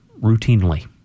routinely